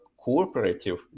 cooperative